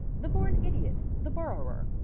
the born idiot, the borrower,